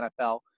NFL